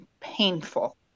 painful